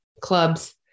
clubs